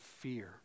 fear